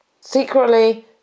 Secretly